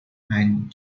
and